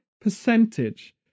percentage